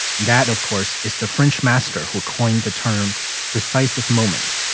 that, of course, is the french master who coined the term decisive moment.